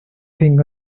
thing